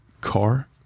car